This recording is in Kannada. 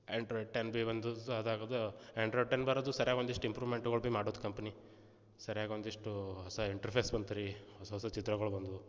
ಆ್ಯಂಡ್ರಾಯ್ಡ್ ಟೆನ್ ಭಿ ಬಂದಿತು ಅದಾಗೋದು ಆ್ಯಂಡ್ರಾಯ್ಡ್ ಟೆನ್ ಬರೋದು ಸರಿಯಾಗಿ ಒಂದಿಷ್ಟು ಇಂಪ್ರುಮೆಂಟ್ಗಳು ಭೀ ಮಾಡೋದು ಕಂಪ್ನಿ ಸರಿಯಾಗಿ ಒಂದಿಷ್ಟು ಹೊಸ ಇಂಟ್ರ ಫೇಸ್ ಬಂತು ರೀ ಹೊಸ ಹೊಸ ಚಿತ್ರಗಳು ಬಂದವು